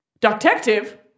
Detective